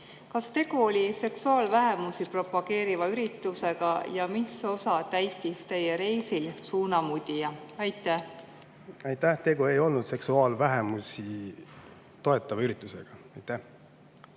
Kas tegu oli seksuaalvähemusi propageeriva üritusega ja mis osa täitis teie reisil suunamudija? Aitäh! Tegu ei olnud seksuaalvähemusi toetava üritusega. Siim